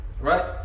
right